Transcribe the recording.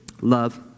Love